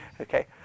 Okay